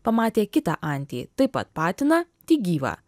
pamatė kitą antį taip pat patiną tik gyvą